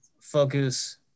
focus